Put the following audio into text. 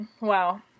Wow